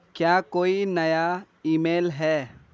کیا کوئی نیا ای میل ہے